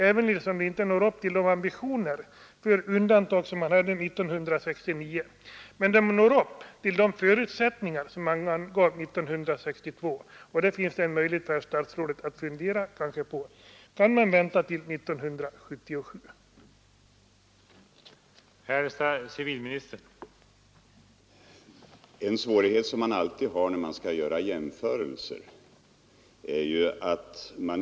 Även om man där inte når upp till de ambitioner för undantag som vi hade 1969, når man upp till de förutsättningar som angavs 1962. Det finns kanske möjlighet för statsrådet att fundera på detta. Kan man inte vänta till 1977?